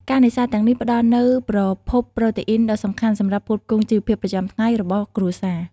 ការនេសាទទាំងនេះផ្តល់នូវប្រភពប្រូតេអ៊ីនដ៏សំខាន់សម្រាប់ផ្គត់ផ្គង់ជីវភាពប្រចាំថ្ងៃរបស់គ្រួសារ។